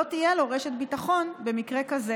במקרה כזה